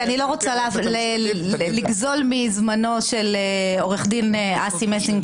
כי אני לא רוצה לגזול מזמנו של עו"ד אסי מסינג,